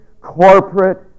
corporate